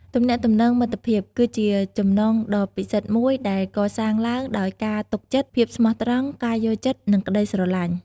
ទំនាក់ទំនងមិត្តភាព គឺជាចំណងដ៏ពិសិដ្ឋមួយដែលកសាងឡើងដោយការទុកចិត្ត ភាពស្មោះត្រង់ ការយល់ចិត្ត និងក្តីស្រឡាញ់។